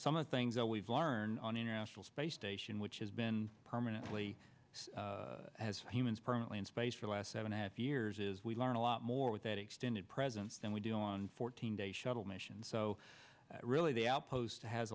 some of the things i always learn on the international space station which has been permanently as humans permanently in space for the last seven half years is we learn a lot more with that extended presence and we do on fourteen day shuttle missions so really the outpost has